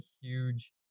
huge